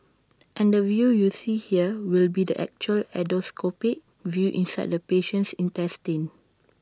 and the view you see here will be the actual endoscopic view inside the patient's intestines